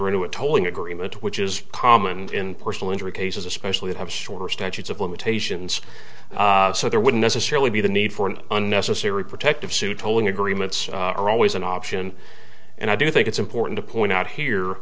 tolling agreement which is common in personal injury cases especially have shorter statutes of limitations so there wouldn't necessarily be the need for an unnecessary protective suit tolling agreements are always an option and i do think it's important to point out here